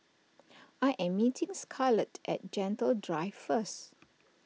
I am meeting Scarlett at Gentle Drive first